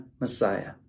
Messiah